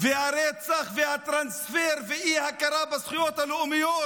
והרצח והטרנספר ואי-הכרה בזכויות הלאומיות,